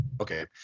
Okay